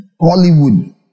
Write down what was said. Hollywood